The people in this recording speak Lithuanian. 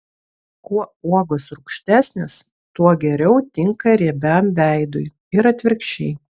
kuo uogos rūgštesnės tuo geriau tinka riebiam veidui ir atvirkščiai